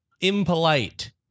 impolite